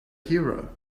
hero